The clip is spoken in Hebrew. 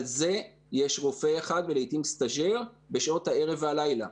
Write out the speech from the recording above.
על זה יש רופא אחד ולעתים סטאז'ר בשעות הערב ו הלילה.